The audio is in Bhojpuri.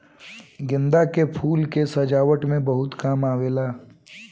गेंदा के फूल के सजावट में बहुत काम आवेला